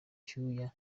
icyuya